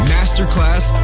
Masterclass